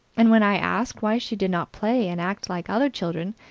and when i asked why she did not play and act like other children,